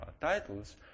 titles